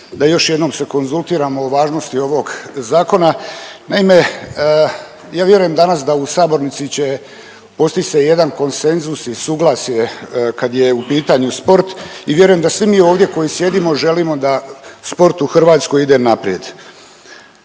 da još jednom se konzultiramo o važnosti ovog Zakona. Naime, ja vjerujem danas da u sabornici će postići se jedan konsenzus i suglasje kad je u pitanju sport i vjerujem da svi mi ovdje koji sjedimo želimo da sport u Hrvatskoj ide naprijed.